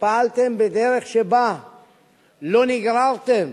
שפעלתם בדרך שבה לא נגררתם